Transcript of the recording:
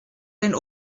den